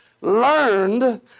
learned